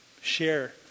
share